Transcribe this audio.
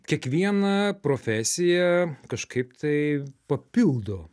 kiekviena profesija kažkaip tai papildo